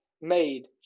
made